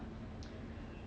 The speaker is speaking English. focus on yourself mah